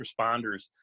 responders